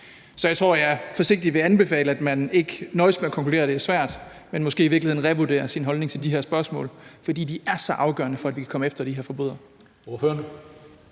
Så jeg tror, at jeg vil anbefale, at man ikke nøjes med at konkludere, at det er svært, men måske i virkeligheden revurderer sin holdning til de her spørgsmål. For det er så afgående for, at vi kan komme efter de her forbrydere.